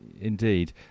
Indeed